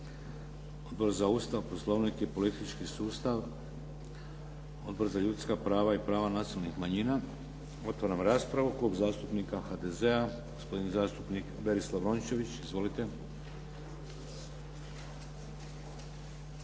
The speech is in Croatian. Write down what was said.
Odbor za Ustav, Poslovnik i politički sustav, Odbor za ljudska prava i prava nacionalnih manjina. Otvaram raspravu. Klub zastupnika HDZ-a gospodin zastupnik Berislav Rončević. Izvolite. **Rončević,